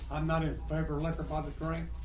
i'm not in favor liquor by the drink.